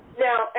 Now